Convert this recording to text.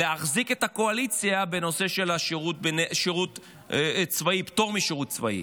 להחזיק את הקואליציה בנושא של פטור משירות צבאי.